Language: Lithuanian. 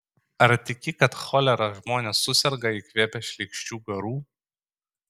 ar tiki kad cholera žmonės suserga įkvėpę šleikščių garų